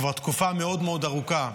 כבר תקופה מאוד מאוד ארוכה,